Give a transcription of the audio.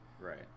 Right